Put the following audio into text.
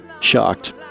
shocked